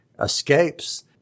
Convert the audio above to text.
escapes